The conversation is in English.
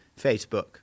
Facebook